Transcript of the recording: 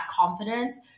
confidence